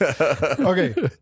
Okay